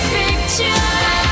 picture